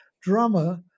drummer